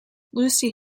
lucy